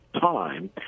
time